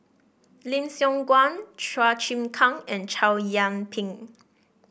Lim Siong Guan Chua Chim Kang and Chow Yian Ping